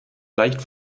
leicht